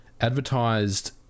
advertised